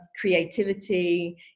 creativity